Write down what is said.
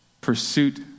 Pursuit